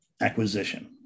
acquisition